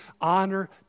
honor